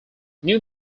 new